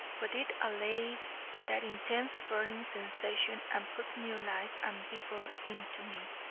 but it allayed that intense burning sensation, and put new life and vigor into me.